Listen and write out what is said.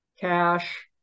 cash